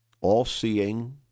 all-seeing